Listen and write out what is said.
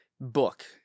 book